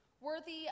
worthy